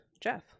Jeff